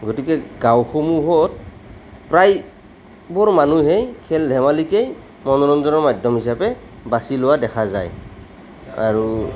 গতিকে গাঁওসমূহত প্ৰায়বোৰ মানুহেই খেল ধেমালিকেই মনোৰঞ্জনৰ মাধ্যম হিচাপে বাছি লোৱা দেখা যায় আৰু